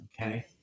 Okay